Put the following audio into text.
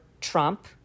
Trump